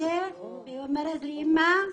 ז': היא אומרת לי, אימא,